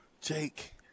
Jake